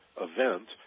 event